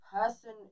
person